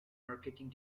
marketing